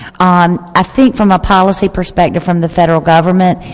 um ah think from a policy perspective from the federal government,